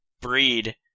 breed